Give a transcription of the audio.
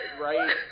Right